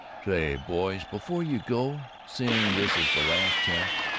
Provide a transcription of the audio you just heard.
say, boys, before you go, seeing this is the last chance,